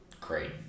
great